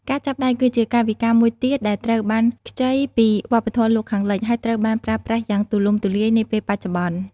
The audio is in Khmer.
ការចាប់ដៃ គឺជាកាយវិការមួយទៀតដែលត្រូវបានខ្ចីពីវប្បធម៌លោកខាងលិច ហើយត្រូវបានប្រើប្រាស់យ៉ាងទូលំទូលាយនាពេលបច្ចុប្បន្ន។